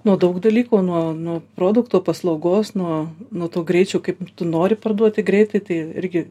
nuo daug dalykų nuo nuo produkto paslaugos nuo nuo to greičio kaip tu nori parduoti greitai tai irgi